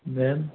ma'am